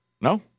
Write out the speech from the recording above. No